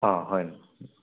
ꯑꯥ ꯍꯣꯏ